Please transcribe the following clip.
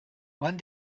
one